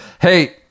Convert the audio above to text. Hey